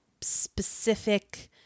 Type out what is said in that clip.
specific